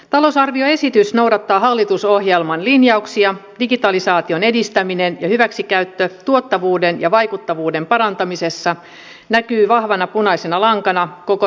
talousarvioesitys noudattaa hallitusohjelman linjauksia digitalisaation edistäminen ja hyväksikäyttö tuottavuuden ja vaikuttavuuden parantamisessa näkyy vahvana punaisena lankana koko talousarvioesityksessä